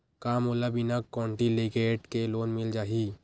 का मोला बिना कौंटलीकेट के लोन मिल जाही?